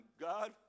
God